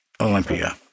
Olympia